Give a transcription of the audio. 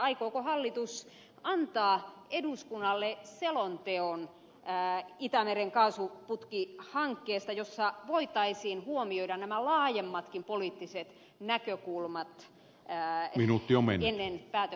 aikooko hallitus antaa eduskunnalle itämeren kaasuputkihankkeesta selonteon jossa voitaisiin huomioida nämä laajemmatkin poliittiset näkökulmat ennen päätöksen tekemistä